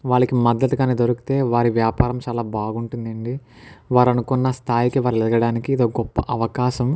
వాళ్ళకి మద్దతు కానీ దొరికితే వారి వ్యాపారం చాలా బాగుంటుంది అండి వారు అనుకున్న స్థాయికి వెళ్ళడానికి ఇది గొప్ప అవకాశం